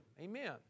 Amen